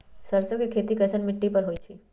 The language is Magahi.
सरसों के खेती कैसन मिट्टी पर होई छाई?